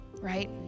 Right